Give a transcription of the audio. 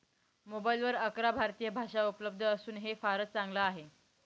मोबाईलवर अकरा भारतीय भाषा उपलब्ध असून हे फारच चांगल आहे